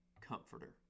comforter